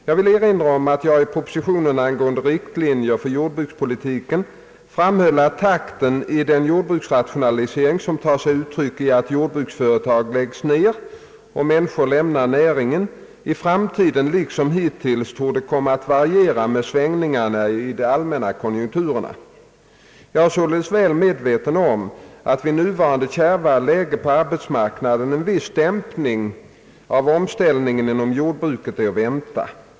Jag vill erinra om att jag i propositionen angående riktlinjer för jordbrukspolitiken framhöll att takten i den jordbruksrationalisering som tar sig uttryck i att jordbruksföretag läggs ner och människor lämnar näringen i framtiden liksom hittills torde komma att variera med svängningar i de allmänna konjunkturerna. Jag är således väl medveten om att vid nuvarande kärvare läge på arbetsmarknaden en viss dämpning av omställningen inom jordbruket är att vänta.